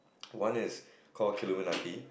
one is called Killuminati